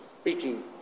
speaking